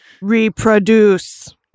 reproduce